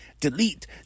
Delete